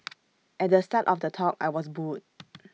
at the start of the talk I was booed